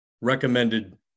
Recommended